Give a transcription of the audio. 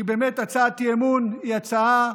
כי באמת הצעת אי-אמון היא הצעה,